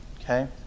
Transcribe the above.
okay